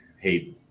hey